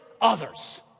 others